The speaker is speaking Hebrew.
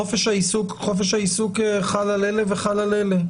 חופש העיסוק חל אלה וחל על אלה.